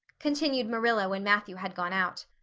continued marilla when matthew had gone out.